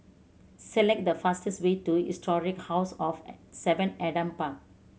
select the fastest way to Historic House of Seven Adam Park